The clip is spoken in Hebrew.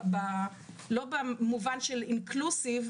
לא במובן של 'אינקלוסיב',